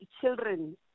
children